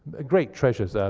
great treasures.